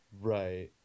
Right